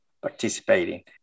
participating